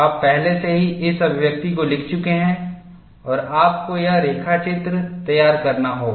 आप पहले से ही इस अभिव्यक्ति को लिख चुके हैं और आपको यह रेखाचित्र तैयार करना होगा